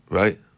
right